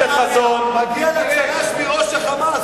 מגיע לה צל"ש מראש ה"חמאס".